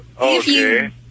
Okay